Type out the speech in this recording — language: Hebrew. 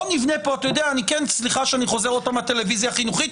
סליחה שאני חוזר עוד פעם לטלוויזיה החינוכית.